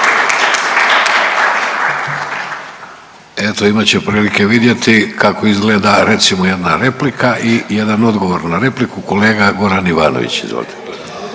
Eto imat će prilike vidjeti kako izgleda recimo jedna replika i jedan odgovor na repliku, kolega Goran Ivanović izvolite.